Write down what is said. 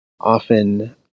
often